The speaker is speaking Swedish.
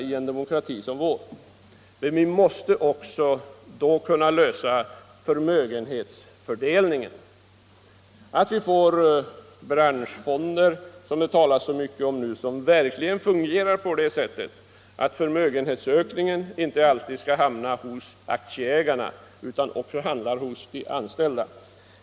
Men vi måste då också kunna lösa frågan om förmögenhetsfördelningen. De branschfonder som det talas så mycket om nu måste fungera på det sättet att förmögenhetsökningen inte bara hamnar hos aktieägarna utan också hos de anställda.